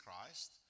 Christ